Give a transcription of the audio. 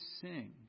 sing